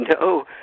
no